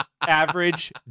average